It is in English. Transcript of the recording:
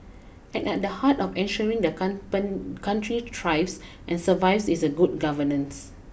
and at the heart of ensuring the country thrives and survives is good governance